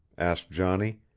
asked johnny,